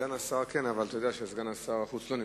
סגן השר, כן, אבל אתה יודע שסגן שר החוץ לא נמצא.